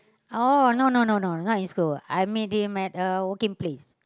oh no no no no not in school I meet him at a working place